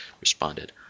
responded